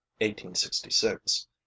1866